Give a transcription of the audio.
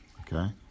okay